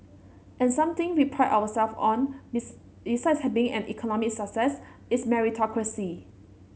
and something we pride ourselves on besides being an economic success is meritocracy